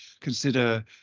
consider